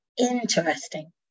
interesting